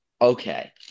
Okay